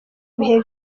bihe